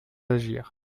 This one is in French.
d’agir